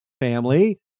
family